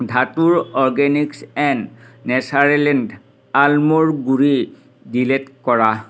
ধাতুৰ organics and naturally আলমৰ গুড়ি ডিলিট কৰা